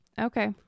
Okay